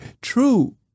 True